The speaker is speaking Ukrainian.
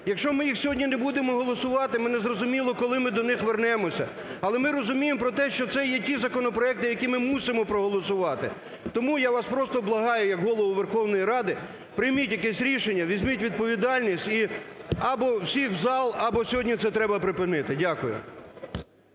Якщо ми їх сьогодні не будемо голосувати, ми не зрозуміло, коли ми до них вернемося. Але ми розуміємо про те, що це є ті законопроекти, які ми мусимо проголосувати. І тому я вас просто благаю як Голову Верховної Ради, прийміть якесь рішення, візьміть відповідальність. І або всі в зал, або сьогодні це треба припинити. Дякую.